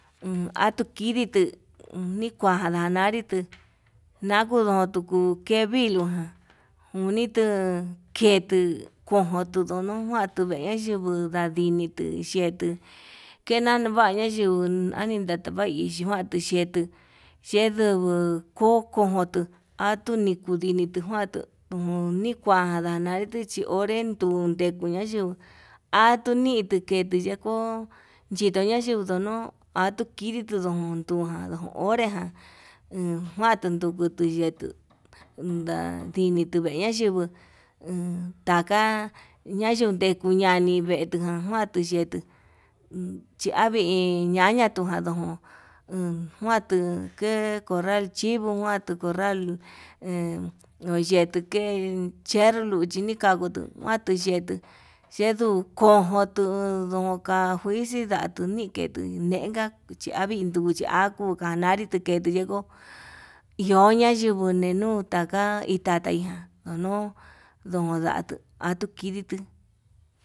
Uu atuu kiditu nikua ndanaritu nakudun tukuu ke vilo, jan onitu kentuu kojon tu ndono kuantu tuu vee yunju ndadinitu ye'e tuu kena yava yunguu tuu anindatavai kuandu xhetu, yndungu kokonduku atuu ndinitu njuantu, onikua ndana ndichi onré ndede nikona yinguu atunitu yetu neko yitoña titono, atuu kiditu ndontu andon nre ján enjuandu yukutu yetuu nda'a ndinitu nayinguo entaka ñayingu ñeño ñanii, nii vetu ndakuandu yetuu iin chavii chiaña tuñana tuu uun njuandu ke corral chivo njuandu corral he uyetu ke'e cher luchi nikanguu tuu kuandu yetuu yeduu kojon tuu ndoka njuixi nda'a tuu niketu nenka chi avii nuchia akuu kanaritu ketu yenguo, iho ña yenguo neñuu ndaka ita teijan nuu ndondatu ha tuu kiditu.